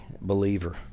believer